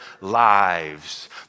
lives